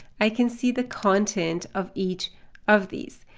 i can see the content of each of these.